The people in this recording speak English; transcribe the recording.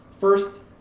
First